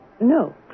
No